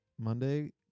Monday